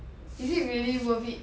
is it really worth it